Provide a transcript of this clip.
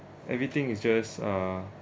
everything is just uh